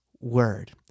Word